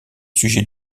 sujets